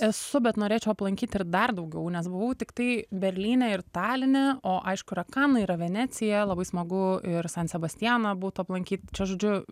esu bet norėčiau aplankyti ir dar daugiau nes buvau tiktai berlyne ir taline o aišku yra kanai yra venecija labai smagu ir san sebastianą būtų aplankyt čia žodžiu